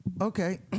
Okay